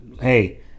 Hey